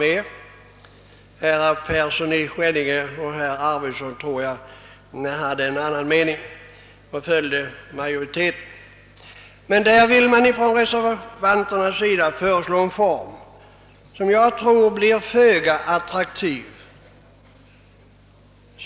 Jag tror att herr Persson i Skänninge och herr Arweson hade en annan mening och följde majoriteten. Reservanterna föreslår en form som jag tror skulle bli föga attraktiv.